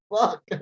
fuck